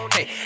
Hey